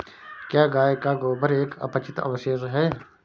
क्या गाय का गोबर एक अपचित अवशेष है?